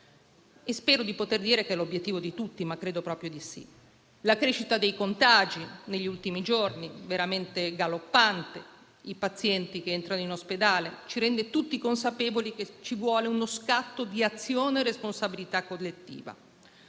spero di poter dire che è di tutti (e credo proprio che sia così). La crescita dei contagi negli ultimi giorni, veramente galoppante, e i pazienti che entrano in ospedale ci rendono tutti consapevoli che ci vogliono uno scatto d'azione e una responsabilità collettiva.